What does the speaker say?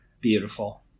Beautiful